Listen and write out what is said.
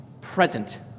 present